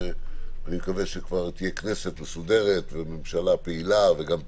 אני מקווה שכבר תהיה כנסת מסודרת וממשלה פעילה וגם טובה,